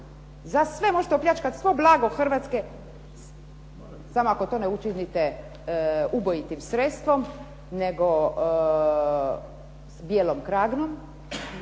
za sve, možete opljačkati svo blago Hrvatske, samo ako to ne učinite ubojitim sredstvom nego s bijelom kragnom,